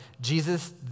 Jesus